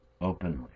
Openly